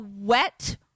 wet